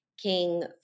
King